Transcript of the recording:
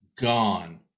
gone